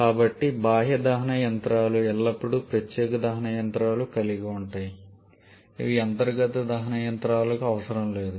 కాబట్టి బాహ్య దహన యంత్రాలు ఎల్లప్పుడూ ప్రత్యేక దహన యంత్రాలను కలిగి ఉంటాయి ఇవి అంతర్గత దహన యంత్రాలకు అవసరం లేదు